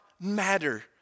matter